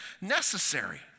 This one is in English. necessary